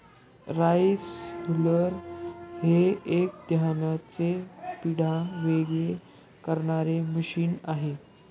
rice huller हे एक धानाचे पेंढा वेगळे करणारे मशीन आहे